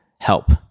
help